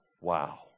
Wow